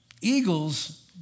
Eagles